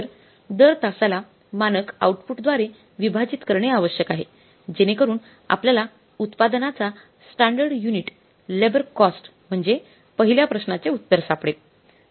तर दर तासाला मानक आउटपुटद्वारे विभाजित करणे आवश्यक आहे जेणेकरून आपल्याला उत्पादनाचा स्टँडर्ड युनिट लेबर कॉस्ट म्हणजे पहिल्या प्रश्नाचे उत्तर सापडेल